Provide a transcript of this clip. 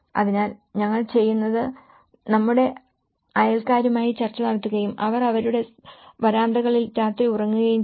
അതിനാൽ ഞങ്ങൾ ചെയ്യുന്നത് നമ്മുടെ അയൽക്കാരുമായി ചർച്ച നടത്തുകയും അവർ അവരുടെ വരാന്തകളിൽ രാത്രി ഉറങ്ങുകയും ചെയ്യുന്നു